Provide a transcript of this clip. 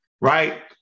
right